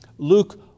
Luke